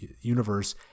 universe